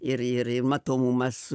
ir ir ir matomumas